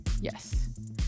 yes